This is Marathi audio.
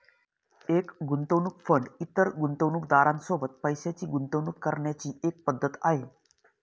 एक गुंतवणूक फंड इतर गुंतवणूकदारां सोबत पैशाची गुंतवणूक करण्याची एक पद्धत आहे